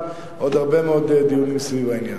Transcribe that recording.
עוד הרבה מאוד דיונים סביב העניין.